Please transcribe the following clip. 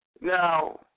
Now